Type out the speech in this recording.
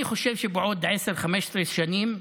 אני חושב שבעוד 10 15 שנים,